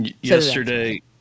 Yesterday